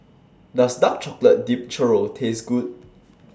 Does Dark Chocolate Dipped Churro Taste Good